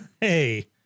hey